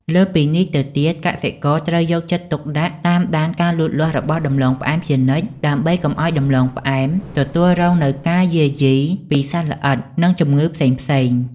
លើសពីនេះទៅទៀត កសិករត្រូវយកចិត្តទុកដាក់តាមដានការលូតលាស់របស់ដំឡូងផ្អែមជានិច្ច ដើម្បីកុំឱ្យដំឡូងផ្អែមទទួលរងនូវការយាយីពីសត្វល្អិត និងជំងឺផ្សេងៗ។